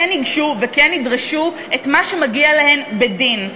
ייגשו וכן ידרשו את מה שמגיע להן בדין,